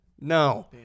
No